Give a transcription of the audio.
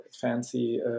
fancy